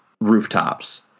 rooftops